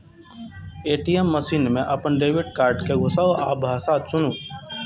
ATM machine मे अपन debit card कें घुसाउ आ भाषा चुनू